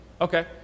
Okay